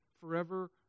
forever